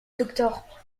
docteur